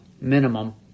minimum